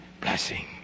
blessing